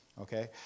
Okay